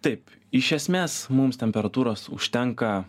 taip iš esmės mums temperatūros užtenka